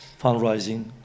fundraising